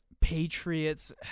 Patriots